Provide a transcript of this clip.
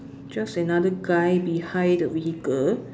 just another guy behind the vehicle